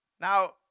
Now